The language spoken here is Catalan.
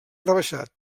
rebaixat